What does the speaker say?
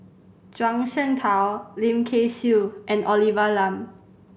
Zhuang Shengtao Lim Kay Siu and Olivia Lum